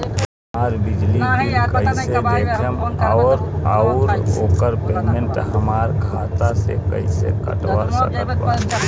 हमार बिजली बिल कईसे देखेमऔर आउर ओकर पेमेंट हमरा खाता से कईसे कटवा सकत बानी?